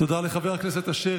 תודה לחבר הכנסת אשר.